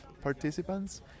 participants